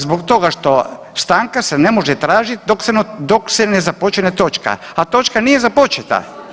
Zbog toga što stanka se ne može tražit dok se ne započne točka, a točka nije započeta.